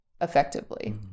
effectively